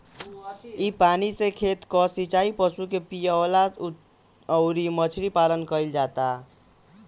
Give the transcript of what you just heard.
इ पानी से खेत कअ सिचाई, पशु के पियवला अउरी मछरी पालन कईल जाला